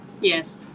Yes